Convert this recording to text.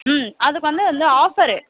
ம் அதுக்கு வந்து வந்து ஆஃபரு